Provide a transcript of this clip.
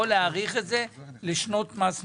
יכול להאריך את זה לשנות מס נוספות.